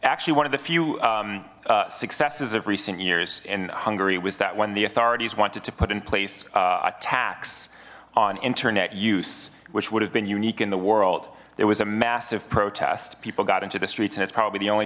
actually one of the few successes of recent years in hungary was that when the authorities wanted to put in place attacks on internet use which would have been unique in the world there was a massive protest people got into the streets and it's probably the only